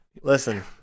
Listen